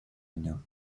año